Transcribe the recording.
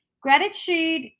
Gratitude